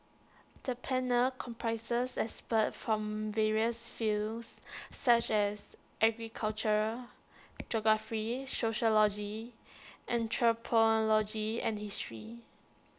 the panel comprises experts from various fields such as agriculture geography sociology anthropology and history